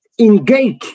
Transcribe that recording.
Engage